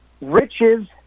riches